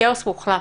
כאוס מוחלט.